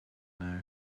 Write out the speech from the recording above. know